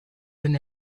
than